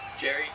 Jerry